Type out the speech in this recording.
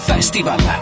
Festival